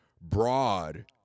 broad